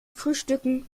frühstücken